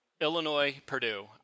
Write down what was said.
Illinois-Purdue